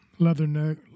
Leatherneck